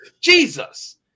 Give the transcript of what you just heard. Jesus